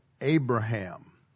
Abraham